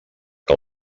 que